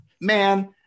man